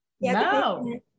no